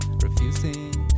refusing